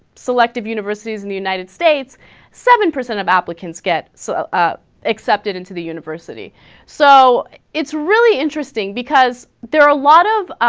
selective universities in the united states seven percent of applicants get supa so ah accepted into the university so it's really interesting because there are a lot of